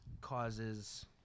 causes